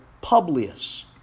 Publius